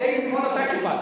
תה עם לימון אתה קיבלת.